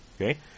Okay